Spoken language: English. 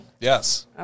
Yes